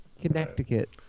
Connecticut